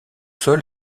sol